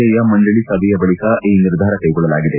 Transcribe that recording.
ಐಯ ಮಂಡಳಿ ಸಭೆಯ ಬಳಿಕ ಈ ನಿರ್ಧಾರ ಕೈಗೊಳ್ಳಲಾಗಿದೆ